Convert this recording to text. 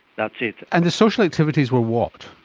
that's it. and the social activities were what?